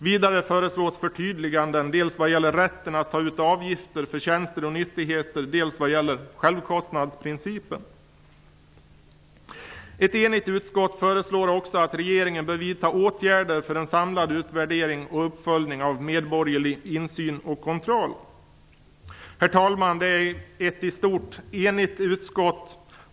Vidare föreslås förtydliganden dels när det gäller rätten att ta ut avgifter för tjänster och nyttigheter, dels när det gäller självkostnadsprincipen. Ett enigt utskott föreslår också att regeringen bör vidta åtgärder för en samlad utvärdering och uppföljning av medborgerlig insyn och kontroll. Herr talman! Utskott är i stort sett enigt.